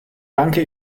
danke